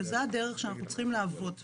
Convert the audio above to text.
וזו הדרך שאנחנו צריכים לעבוד פה,